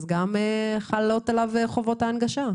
אז גם חלות עליו חובות ההנגשה.